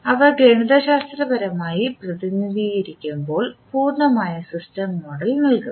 അവ ഗണിതശാസ്ത്രപരമായി പ്രതിനിധീകരിക്കുമ്പോൾ പൂർണ്ണമായ സിസ്റ്റം മോഡൽ നൽകും